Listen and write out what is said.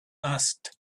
asked